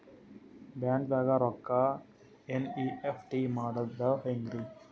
ಬ್ಯಾಂಕ್ದಾಗ ರೊಕ್ಕ ಎನ್.ಇ.ಎಫ್.ಟಿ ಮಾಡದ ಹೆಂಗ್ರಿ?